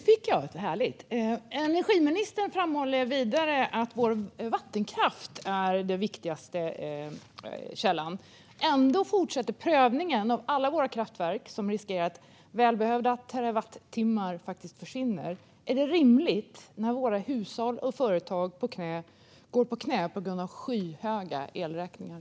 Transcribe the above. Fru talman! Energiministern framhåller vidare att vår vattenkraft är den viktigaste energikällan. Ändå fortsätter prövningen av alla våra kraftverk, vilket riskerar att leda till att välbehövda terawattimmar försvinner. Är detta rimligt när våra hushåll och företag går på knäna på grund av skyhöga elräkningar?